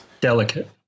Delicate